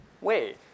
wait